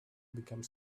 become